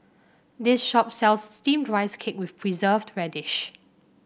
this shop sells steamed Rice Cake with Preserved Radish